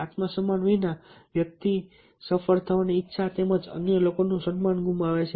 આત્મ સન્માન વિના વ્યક્તિ સફળ થવાની ઇચ્છા તેમજ અન્ય લોકોનું સન્માન ગુમાવે છે